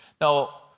Now